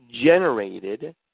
generated